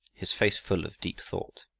his face full of deep thought.